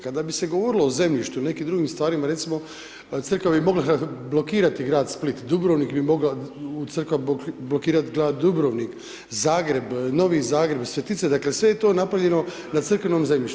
Kada bi se govorilo o zemljištu ili nekim drugim stvarima recimo crkva bi mogla blokirati grad Split, Dubrovnik bi mogla crkva blokirati grad Dubrovnik, Zagreb, Novi Zagreb, Svetice, dakle sve je to napravljeno na crkvenom zemljištu.